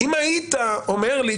אם היית אומר לי,